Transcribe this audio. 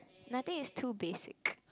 nothing is too basic